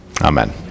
Amen